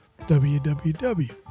www